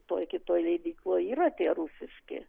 toj kitoj leidykloj yra tie rusiški